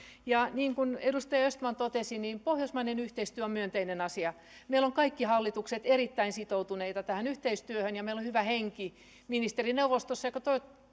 niin kuin edustaja östman totesi pohjoismainen yhteistyö on myönteinen asia meillä ovat kaikki hallitukset erittäin sitoutuneita tähän yhteistyöhön ja meillä on hyvä henki ministerineuvostossa mikä